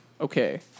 okay